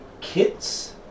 kits